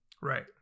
Right